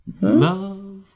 love